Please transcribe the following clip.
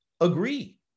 agree